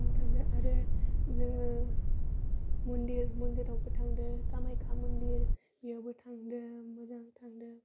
थांदों आरो जोङो मन्दिर मन्दिरावबो थांदों खामाइख्या मन्दिर बेयावबो थांदों मोजां थांदों